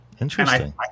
Interesting